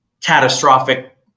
catastrophic